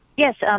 yes, um